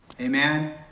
Amen